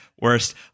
worst